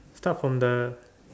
start from the